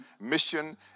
mission